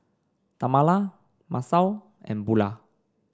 Tamala Masao and Bulah